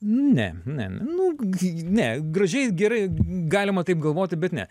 ne ne nu ne gražiai gerai galima taip galvoti bet ne